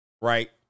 right